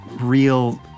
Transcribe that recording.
real